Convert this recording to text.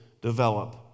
develop